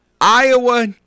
Iowa